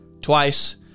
twice